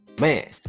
Man